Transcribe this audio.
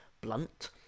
Blunt